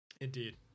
Indeed